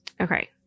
Okay